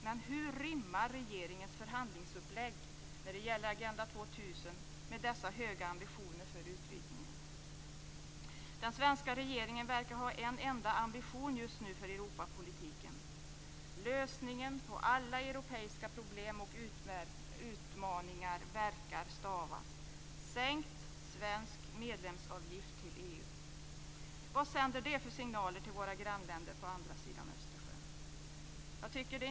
Men hur rimmar regeringens förhandlingsupplägg när det gäller Agenda 2000 med dessa höga ambitioner för utvidgningen? Den svenska regeringen verkar ha en enda ambition just nu för Europapolitiken, och lösningen på alla europeiska problem och utmaningar verkar stavas sänkt svensk medlemsavgift till EU! Vad sänder det för signaler till våra grannländer på andra sidan Östersjön?